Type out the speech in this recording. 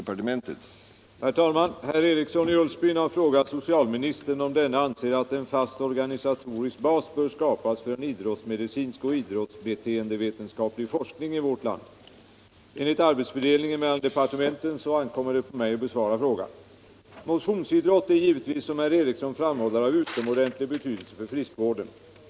Herr talman! Herr Eriksson i Ulfsbyn har frågat socialministern om denne anser att en fast organisatorisk bas bör skapas för en idrottsmedicinsk och idrottsbeteendevetenskaplig forskning i vårt land. Enligt arbetsfördelningen mellan departementen ankommer det på mig att besvara denna fråga. Motionsidrott är givetvis, som herr Eriksson framhåller, av utomordentlig betydelse för friskvården.